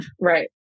Right